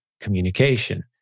communication